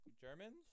Germans